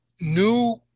new